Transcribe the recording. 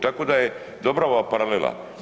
Tako da je dobra ova paralela.